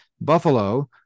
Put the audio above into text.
Buffalo